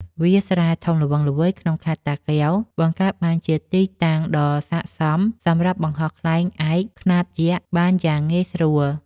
វាលស្រែធំល្វឹងល្វើយក្នុងខេត្តតាកែវ បង្កើតបានជាទីតាំងដ៏ស័ក្តិសមសម្រាប់បង្ហោះខ្លែងឯកខ្នាតយក្សបានយ៉ាងងាយស្រួល។